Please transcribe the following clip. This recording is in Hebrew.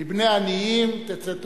מבני עניים תצא תורה.